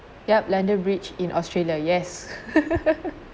yup london bridge in australia yes